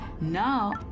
Now